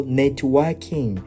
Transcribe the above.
networking